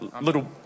little –